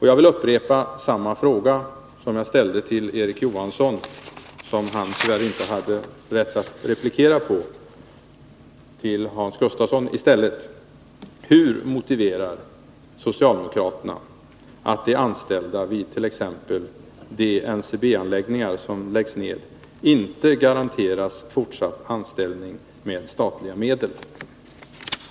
Jag vill till Hans Gustafsson ställa samma fråga som jag ställde till Erik Johansson men som han tyvärr inte hade möjlighet att svara på i någon replik: Hur motiverar socialdemokraterna att de anställda vid t.ex. de NCB-anläggningar som läggs ned inte garanteras fortsatt anställning med statliga medel?